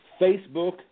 Facebook